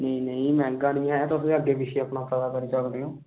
ना ना मैहगा निं ऐ तुस अपने अग्गें पिच्छें पता करेओ